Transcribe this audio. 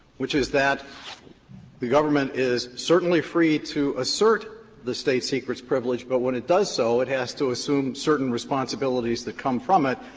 which is that the government is certainly free to assert the state-secrets privilege, but when it does so it has to assume certain responsibilities that come from it,